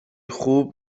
خوب